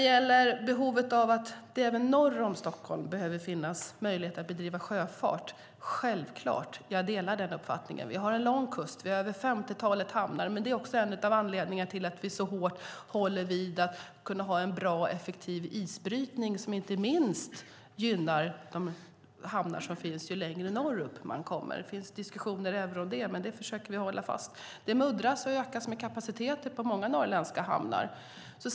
Att det även norr om Stockholm behöver finnas möjligheter att bedriva sjöfart är självklart, jag delar den uppfattningen. Det finns diskussioner även om det. Det muddras och kapaciteten ökas på många norrländska hamnar.